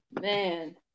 Man